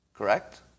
correct